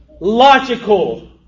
logical